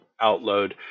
outload